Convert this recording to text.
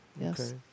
Yes